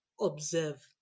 observe